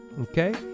okay